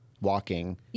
walking